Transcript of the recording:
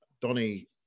Donny